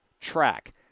track